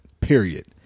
period